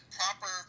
proper